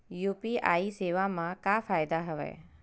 UPI सेवा मा का फ़ायदा हवे?